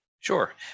sure